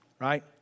right